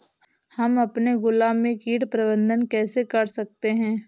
हम अपने गुलाब में कीट प्रबंधन कैसे कर सकते है?